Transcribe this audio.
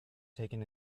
taken